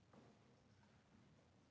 Merci